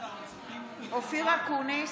אופיר אקוניס,